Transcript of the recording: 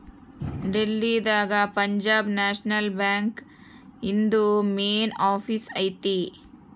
ಡೆಲ್ಲಿ ದಾಗ Punjab National Bank ಇಂದು main office ಐತಿ